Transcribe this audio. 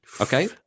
Okay